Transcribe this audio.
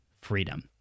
freedom